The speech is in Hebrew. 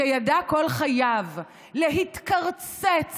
שידע כל חייו להתקרצץ